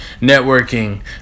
networking